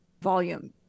volume